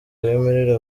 yemerera